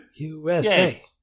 USA